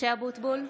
(קוראת בשמות חברי הכנסת) משה אבוטבול,